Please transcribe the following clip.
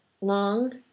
long